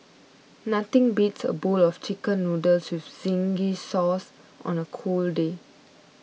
nothing beats a bowl of Chicken Noodles with Zingy Red Sauce on a cold day